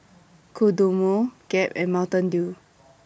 Kodomo Gap and Mountain Dew